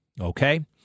Okay